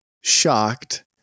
shocked